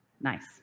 Nice